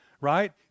right